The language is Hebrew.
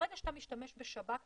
ברגע שאתה משתמש בשב"כ,